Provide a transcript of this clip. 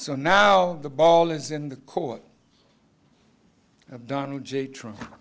so now the ball is in the court of donald j trump